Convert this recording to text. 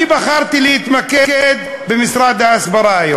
אני בחרתי להתמקד היום במשרד ההסברה.